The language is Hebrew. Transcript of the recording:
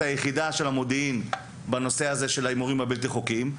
יחידת המודיעין בנושא הזה של ההימורים הלא חוקיים.